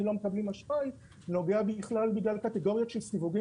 לא מקבלים אשראי נוגע בכלל בגלל קטגוריות של סיווגים